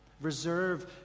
Reserve